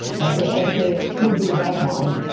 i said, okay, it could be that mine.